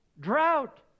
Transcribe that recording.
Drought